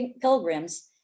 pilgrims